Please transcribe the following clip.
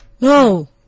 No